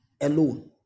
alone